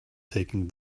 taking